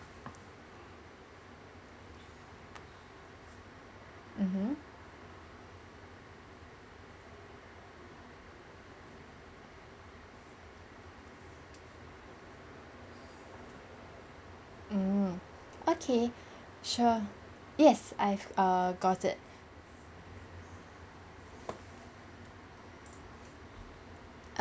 mmhmm mm okay sure yes I've got it err